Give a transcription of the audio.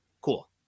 Cool